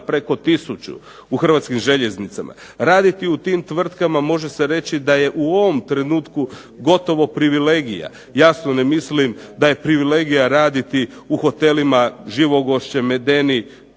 preko 1000 u "Hrvatskim željeznicama". Raditi u tim tvrtkama može se reći da je u ovom trenutku gotovo privilegija. Jasno ne mislim da je privilegija raditi u hotelima "Živogošće", "Medeni",